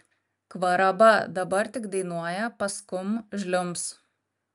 kvaraba dabar tik dainuoja paskum žliumbs